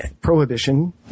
prohibition